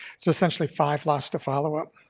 so essentially five lost to follow-up.